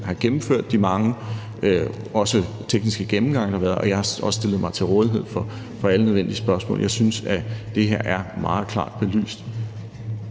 have gennemført de mange tekniske gennemgange, der har været, og jeg har også stillet mig til rådighed for alle nødvendige spørgsmål. Jeg synes, det her er meget klart belyst.